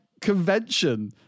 convention